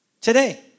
today